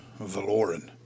Valoran